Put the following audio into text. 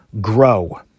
grow